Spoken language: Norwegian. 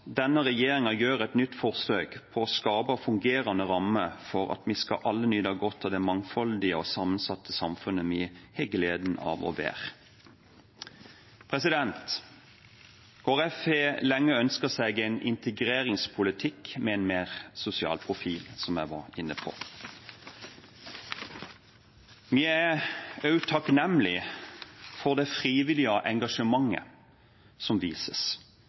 denne regjeringen gjør et nytt forsøk på å skape fungerende rammer for at vi alle skal nyte godt av mangfoldet i det sammensatte samfunnet vi har gleden av å være. Kristelig Folkeparti har lenge ønsket seg en integreringspolitikk med en mer sosial profil, som jeg var inne på. Vi er også takknemlige for det frivillige engasjementet som vises.